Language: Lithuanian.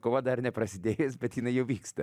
kova dar neprasidėjus bet jinai jau vyksta